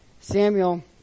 Samuel